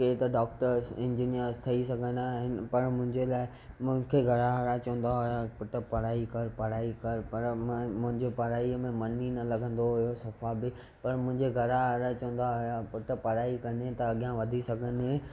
केरू त doctors engineers ठही सघंदा आहिनि पर मुंहिजे लाइ मूंखे घरु वारा चवंदा हुया पुटु पढ़ाई कर पढ़ाई कर पर म मुंहिंजे पढ़ाई में मन ई न लॻंदो हुयो सफ़ा बि पर मुंहिंजे घरु वारा चवंदा हुया पुटु पढ़ाई कंदे त अॻियां वधी सघंदे